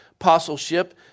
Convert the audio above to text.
apostleship